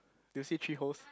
do you see three holes